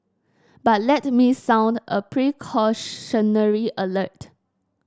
but let me sound a precautionary alert